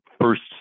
first